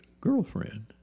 girlfriend